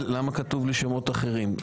למה כתוב לי שמות אחרים?